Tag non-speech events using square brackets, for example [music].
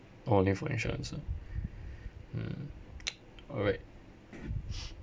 only for insurance ah mm [noise] alright